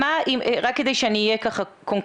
רק כדי שאני אהיה קונקרטית.